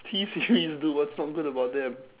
T series dude what's not good about them